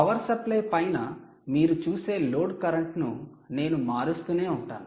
power supply పైన మీరు చూసే లోడ్ కరెంట్ను నేను మారుస్తూనే ఉంటాను